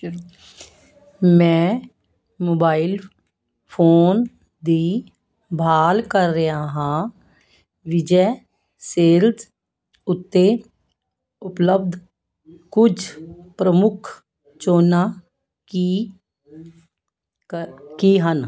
ਮੈਂ mobile phone ਦੀ ਭਾਲ ਕਰ ਰਿਹਾ ਹਾਂ ਵਿਜੈ ਸੇਲਜ਼ ਉੱਤੇ ਉਪਲੱਬਧ ਕੁਝ ਪ੍ਰਮੁੱਖ ਚੋਣਾਂ ਕੀ ਕ ਕੀ ਹਨ